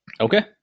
Okay